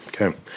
Okay